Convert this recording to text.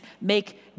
make